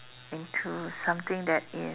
into something that is